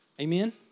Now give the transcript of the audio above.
Amen